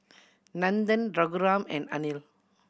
Nandan and Anil